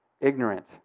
ignorant